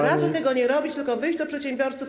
Radzę tego nie robić, tylko wyjść do przedsiębiorców.